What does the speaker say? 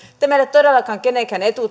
ei ole todellakaan kenenkään etu